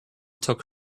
took